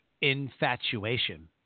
infatuation